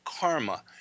karma